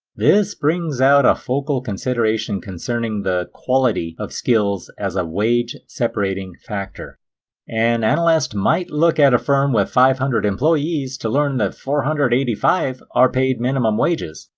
this brings out a focal consideration concerning the quality of skills as a wage separating factor an analyst might look at a firm with five hundred employees to learn that four hundred and eighty five are paid minimum wages,